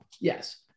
Yes